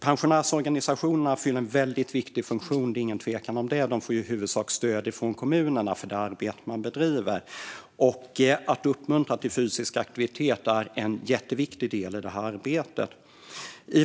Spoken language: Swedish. Pensionärsorganisationerna fyller en väldigt viktig funktion. Det råder inget tvivel om det. De får i huvudsak stöd från kommunerna för det arbete de bedriver. Att uppmuntra till fysisk aktivitet är en jätteviktig del i det här arbetet.